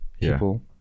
people